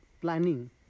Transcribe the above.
planning